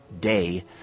day